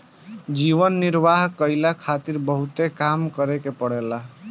जीवन निर्वाह कईला खारित बहुते काम करे के पड़ेला